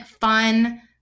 fun